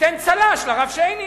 ייתן צל"ש לרב שיינין,